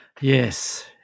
Yes